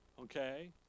Okay